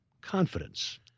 confidence